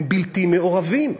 הם בלתי מעורבים,